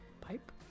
Pipe